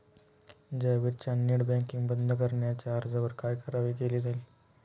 जावेदच्या net banking बंद करण्याच्या अर्जावर काय कारवाई केली गेली?